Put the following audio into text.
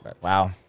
Wow